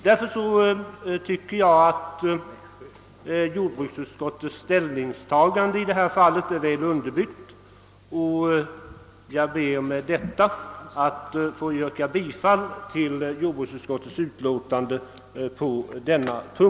Därför tycker jag att jordbruksutskottets ställningstagande är väl underbyggt, och jag ber att få yrka bifall till utskottets hemställan.